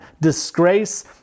disgrace